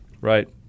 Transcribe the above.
Right